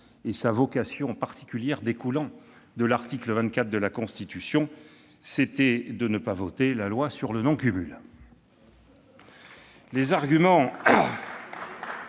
et sa vocation particulière découlant de l'article 24 de la Constitution était de ne pas voter la loi sur le non-cumul.